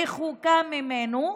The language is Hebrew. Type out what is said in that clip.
רחוקה ממנו,